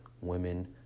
women